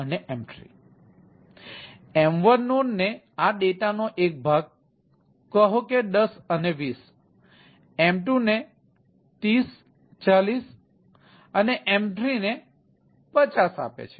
તેથી M1 node ને આ ડેટાનો એક ભાગ કહો કે 1020 M2 ને 3040 અને M3 ને 50 આપે છે